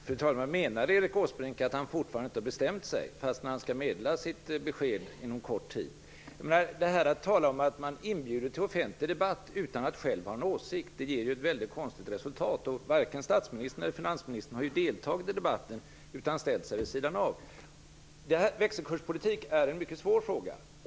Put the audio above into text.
Fru talman! Menar Erik Åsbrink att han fortfarande inte har bestämt sig fast han skall ge besked inom kort tid? Att tala om att man inbjuder till offentlig debatt utan att själv ha en åsikt ger ett väldigt konstigt resultat. Varken statsministern eller finansministern har ju deltagit i debatten utan ställt sig vid sidan av. Växelkurspolitik är en mycket svår fråga.